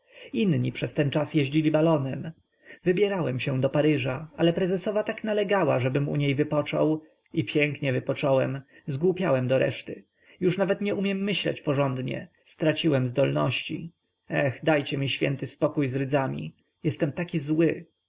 inni przez ten czas jeździli balonem wybierałem się do paryża ale prezesowa tak nalegała żebym u niej wypoczął i pięknie wypocząłem zgłupiałem do reszty już nawet nie umiem myśleć porządnie straciłem zdolności eh dajcie mi święty spokój z rydzami jestem taki zły